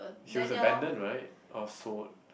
she was abandoned right or sold